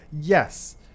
yes